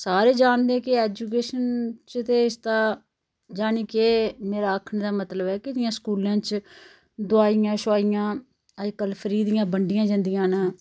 सारे जानदे ने कि ऐजुकेशन च ते इसदा जानि के मेरे आखने दा मतलब ऐ कि जियां स्कूलें च दुआइयां शुआइयां अज्जकल फ्री दी बंडियां जंदियां न